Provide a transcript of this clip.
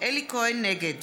נגד